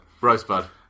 Rosebud